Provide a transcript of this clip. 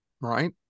right